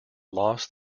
lost